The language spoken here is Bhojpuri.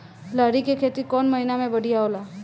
लहरी के खेती कौन महीना में बढ़िया होला?